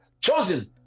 Chosen